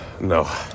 no